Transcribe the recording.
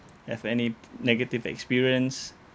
have any negative experience